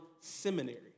seminary